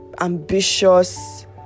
ambitious